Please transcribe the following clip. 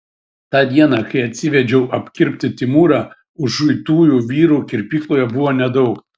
tą dieną kai atsivedžiau apkirpti timūrą užuitųjų vyrų kirpykloje buvo nedaug